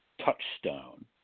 touchstone